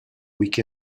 week